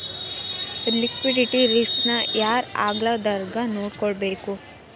Liquidity risk ನ ಯಾರ್ ಆಗ್ಲಾರ್ದಂಗ್ ನೊಡ್ಕೊಬೇಕು?